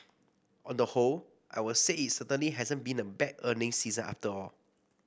on the whole I would say it certainly hasn't been a bad earnings season at all